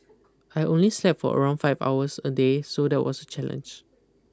I only slept for around five hours a day so that was a challenge